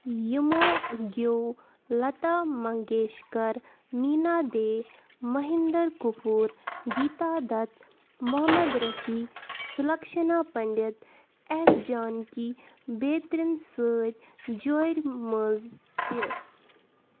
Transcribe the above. یِمو گیوٚو لتا منٛگیشکَر میٖنا دے مہِندَر کپوٗر گیٖتا دَت محمد رفیع سُلَکشِنا پنڈِت اٮ۪س جانکی بیترٮ۪ن سۭتۍ جورِ منٛز تہِ